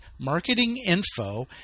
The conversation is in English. marketinginfo